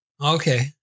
Okay